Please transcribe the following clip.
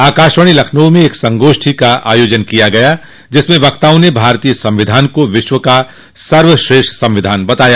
आकाशवाणी लखनऊ में एक संगोष्ठी का आयोजन किया गया जिसमें वक्ताओं ने भारतीय संविधान को विश्व का सर्वश्रेष्ठ संविधान बताया